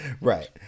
right